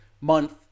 month